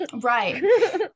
Right